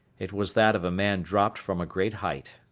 it was that of a man dropped from a great height.